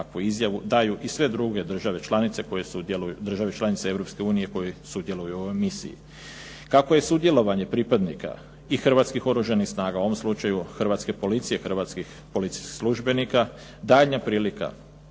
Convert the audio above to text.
Kako je sudjelovanje pripadnika i Hrvatskih oružanih snaga, u ovom slučaju Hrvatske policije, hrvatskih policijskih službenika, daljnja prilika